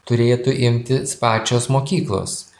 turėtų imtis pačios mokyklos